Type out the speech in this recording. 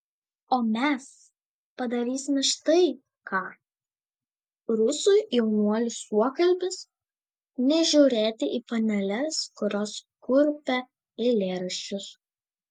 o mes padarysime štai ką rusų jaunuolių suokalbis nežiūrėti į paneles kurios kurpia eilėraščius